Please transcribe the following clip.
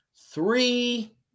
three